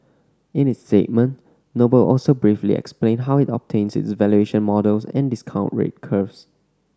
in its statement Noble also briefly explained how it obtains its valuation models and discount rate curves